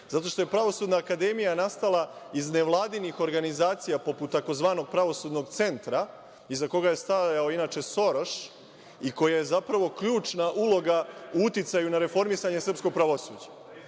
zato što je Pravosudna akademija nastala iz nevladinih organizacija poput tzv. Pravosudnog centra, iza koga je stajao inače Soroš, i koji je zapravo ključna uloga u uticaju na reformisanje srpskog pravosuđa. Dakle,